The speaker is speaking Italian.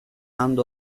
andò